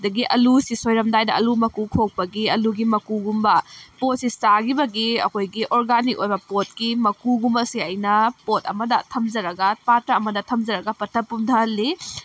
ꯑꯗꯒꯤ ꯑꯥꯜꯂꯨꯁꯤ ꯁꯣꯏꯔꯝꯗꯥꯏꯗ ꯑꯥꯜꯂꯨ ꯃꯀꯨ ꯈꯣꯛꯄꯒꯤ ꯑꯥꯜꯂꯨꯒꯤ ꯃꯀꯨꯒꯨꯝꯕ ꯄꯣꯠꯁꯤ ꯆꯥꯈꯤꯕꯒꯤ ꯑꯩꯈꯣꯏꯒꯤ ꯑꯣꯔꯒꯥꯅꯤꯛ ꯑꯣꯏꯕ ꯄꯣꯠꯀꯤ ꯃꯀꯨꯒꯨꯝꯕꯁꯦ ꯑꯩꯅ ꯄꯣꯠ ꯑꯃꯗ ꯊꯝꯖꯔꯒ ꯄꯥꯇ꯭ꯔꯥ ꯑꯃꯗ ꯊꯝꯖꯔꯒ ꯄꯠꯊ ꯄꯨꯝꯊ ꯍꯜꯂꯤ